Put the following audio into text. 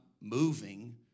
moving